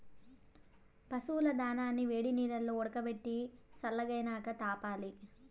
పశువుల దానాని వేడినీల్లో ఉడకబెట్టి సల్లగైనాక తాపాలి